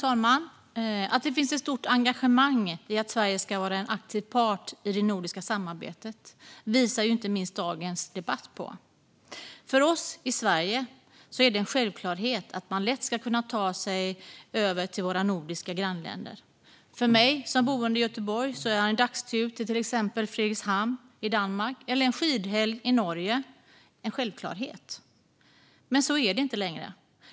Herr talman! Det finns ett stort engagemang i att Sverige ska vara en aktiv part i det nordiska samarbetet; det visar inte minst dagens debatt. För oss i Sverige är det en självklarhet att det ska vara lätt att ta sig över till våra nordiska grannländer. För mig som boende i Göteborg är en dagstur till exempelvis Fredrikshamn i Danmark eller en skidhelg i Norge självklarheter. Men så är det inte längre.